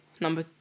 Number